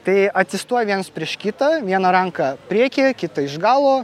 tai atsistoja vienas prieš kitą viena ranka priekyje kita iš galo